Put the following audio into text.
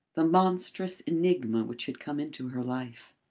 the monstrous enigma which had come into her life.